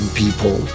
people